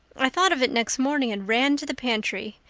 i thought of it next morning and ran to the pantry.